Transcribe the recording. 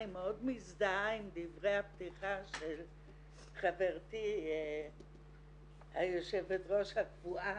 אני מאוד מזדהה עם דברי הפתיחה של חברתי היושבת ראש הקבועה,